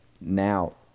now